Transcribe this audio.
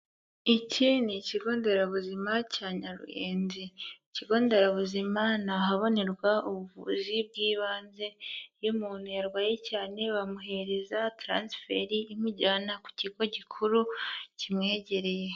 Iki ni ikigo nderabuzima cya Nyaruyenzi, ikigo nderabuzima ni ahabonerwa ubuvuzi bw'ibanze, iyo umuntu yarwaye cyane bamuhereza taransferi imujyana ku kigo gikuru kimwegereye.